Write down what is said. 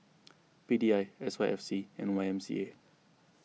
P D I S Y F C and Y M C A